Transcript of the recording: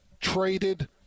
traded